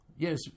Yes